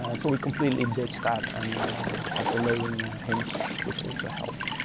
and so we completely ditched that and had the loading hints which also helped,